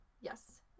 yes